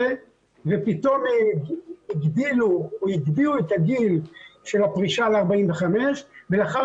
ופתאום הגדילו או הגביהו את הגיל של הפרישה ל-45 ולאחר